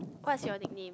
what's your nickname